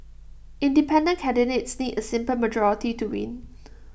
independent candidates need A simple majority to win